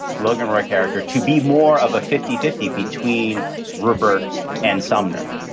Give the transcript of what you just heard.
logan roy character, to be more of a fifty fifty between rupert and sumner.